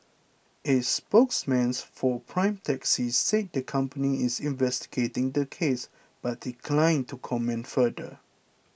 a spokesman's for Prime Taxi said the company is investigating the case but declined to comment further